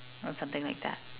or something like that